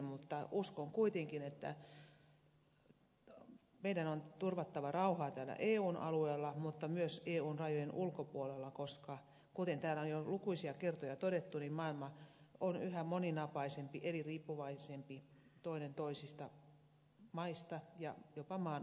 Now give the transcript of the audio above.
mutta uskon kuitenkin että meidän on turvattava rauhaa täällä eun alueella mutta myös eun rajojen ulkopuolella koska kuten täällä on jo lukuisia kertoja todettu maailma on yhä moninapaisempi eli maat toinen toisistaan riippuvaisempia ja jopa maanosat toisistaan